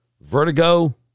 vertigo